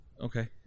Okay